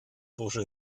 bursche